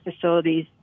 facilities